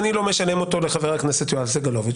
ואני לא משלם אותו לחבר הכנסת יואב סגלוביץ'.